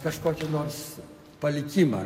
kažkokį nors palikimą